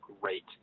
great